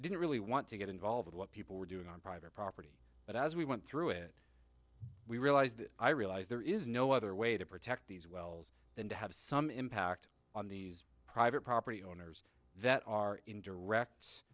i didn't really want to get involved what people were doing on private property but as we went through it we realised that i realise there is no other way to protect these wells than to have some impact on these private property owners that are in direct